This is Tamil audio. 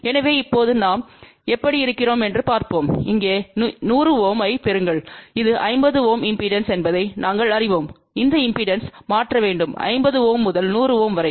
எனவே இப்போது நாம் எப்படி இருக்கிறோம் என்று பார்ப்போம் இங்கே 100 Ω ஐப் பெறுங்கள் இது 50 Ω இம்பெடன்ஸ் Impedance என்பதை நாங்கள் அறிவோம் இந்த இம்பெடன்ஸ் மாற்ற வேண்டும் 50 Ω முதல் 100 Ω வரை